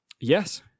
yes